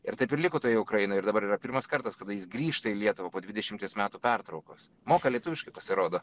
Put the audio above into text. ir taip ir liko toje ukrainoje ir dabar yra pirmas kartas kada jis grįžta į lietuvą po dvidešimties metų pertraukos moka lietuviškai pasirodo